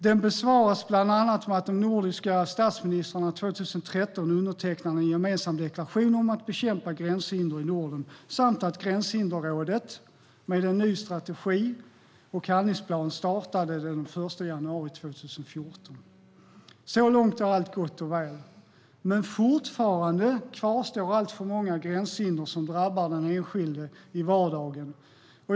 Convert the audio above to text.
Den besvaras bland annat med att de nordiska statsministrarna 2013 undertecknade en gemensam deklaration om att bekämpa gränshinder i Norden samt att Gränshinderrådet, med en ny strategi och handlingsplan, startade den 1 januari 2014. Så långt är allt gott och väl. Men fortfarande kvarstår alltför många gränshinder som drabbar den enskilde i vardagen.